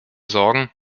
sorgen